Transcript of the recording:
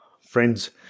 friends